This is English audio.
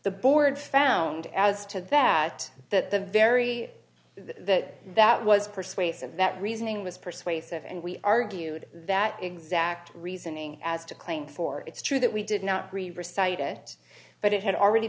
the board found as to that that the very that that was persuasive that reasoning was persuasive and we argued that exact reasoning as to claim for it's true that we did not really recite it but it had already